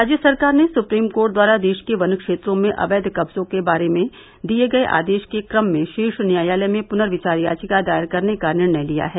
राज्य सरकार ने सुप्रीम कोर्ट द्वारा देश के वन क्षेत्रों में अवैध कब्जों के बारे में दिये गये आदेश के क्रम में शीर्ष न्यायालय में पुनर्विचार याचिका दायर करने का निर्णय लिया है